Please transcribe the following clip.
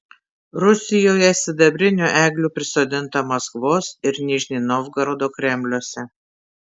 rusijoje sidabrinių eglių prisodinta maskvos ir nižnij novgorodo kremliuose